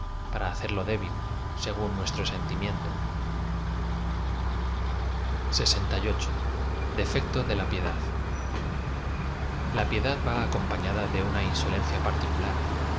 para hacerlo débil según nuestro sentimiento lxiii defecto de la piedad l a piedad v a acompañada de una insolencia par